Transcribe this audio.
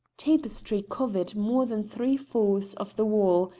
tapestry covered more than three-fourths of the wall,